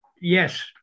Yes